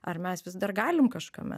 ar mes vis dar galim kažkame